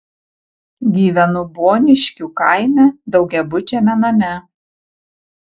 gyvenu boniškių kaime daugiabučiame name